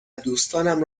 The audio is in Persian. دوستانم